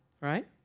right